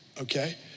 Okay